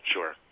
Sure